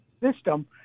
system